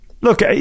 Look